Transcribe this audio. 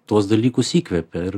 tuos dalykus įkvepė ir